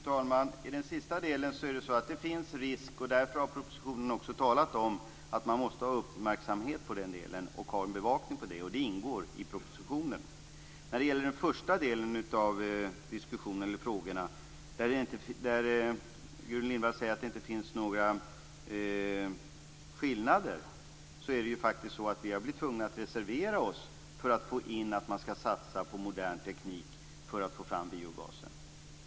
Fru talman! När det gäller den sista delen finns det en risk. Därför talar man i propositionen också om att man måste ha uppmärksamhet på den delen och ha en bevakning. Det ingår i propositionen. När det gäller den första delen av frågorna säger Gudrun Lindvall att det inte finns några skillnader. Vi socialdemokrater har varit tvungna att reservera oss för att få in att man skall satsa på modern teknik för att få fram biogasen.